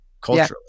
culturally